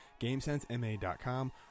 GamesenseMA.com